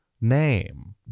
name